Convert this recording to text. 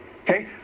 Okay